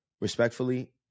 Respectfully